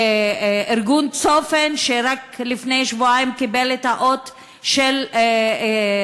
ארגון "צופן" שרק לפני שבועיים קיבל את האות של היושב-ראש,